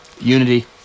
unity